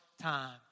time